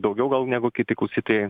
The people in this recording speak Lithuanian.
daugiau negu kiti klausytojai